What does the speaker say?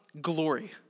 glory